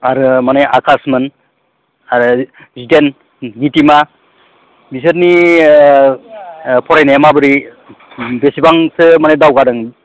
आरो माने आकासमोन आरो जितेन नितिमा बिसोरनि फरायनाया माबोरै बेसेबांसो माने दावगादों